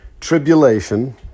tribulation